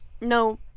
No